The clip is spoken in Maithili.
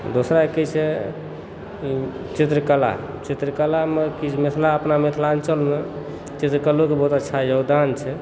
दोसर की छै चित्रकला चित्रकलामे किछु महिला अपना मिथिलाञ्चलमे चित्रकलोके बहुत अच्छा योगदान छै